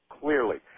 Clearly